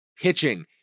Pitching